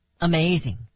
amazing